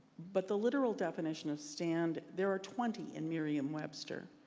but the literal definition of stand, there are twenty in mereum webster.